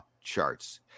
charts